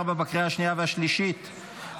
אני